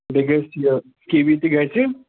بیٚیہِ گژھِ یہِ کِوی تہِ گژھِ